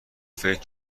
فکر